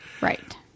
Right